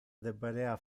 deberea